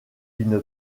une